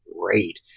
great